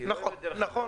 נכון.